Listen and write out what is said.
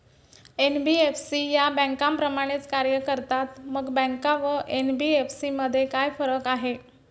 NBFC या बँकांप्रमाणेच कार्य करतात, मग बँका व एन.बी.एफ.सी मध्ये काय फरक आहे?